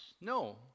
No